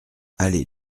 allée